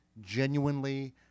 genuinely